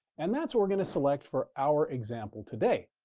and that's what we're going to select for our example today.